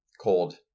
Cold